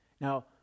now